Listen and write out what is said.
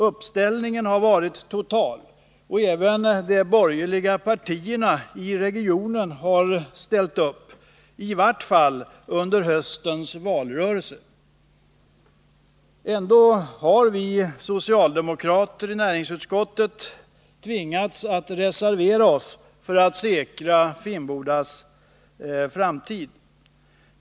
Uppslutningen har varit total, och även de borgerliga partierna i regionen har ställt upp, i vart fall under höstens valrörelse. Ändå har vi socialdemokrater i näringsutskottet tvingats reservera oss för att säkra Finnbodas framtid.